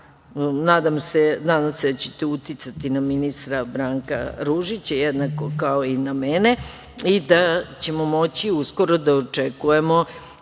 nadam se da ćete uticati na ministra Branka Ružića, jednako kao i na mene, i da ćemo moći uskoro da očekujemo